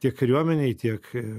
tiek kariuomenei tiek